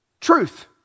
truth